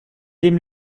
dem